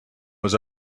was